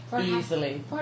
Easily